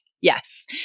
yes